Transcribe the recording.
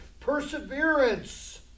perseverance